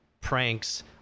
Pranks